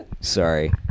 Sorry